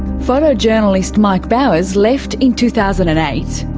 photojournalist mike bowers left in two thousand and eight.